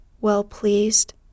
well-pleased